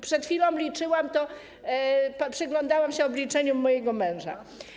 Przed chwilą liczyłam to, przyglądałam się obliczeniom mojego męża.